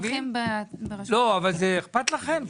אבל זה אכפת לכם?